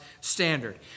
standard